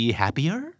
happier